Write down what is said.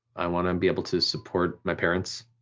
i wanna um be able to support my parents.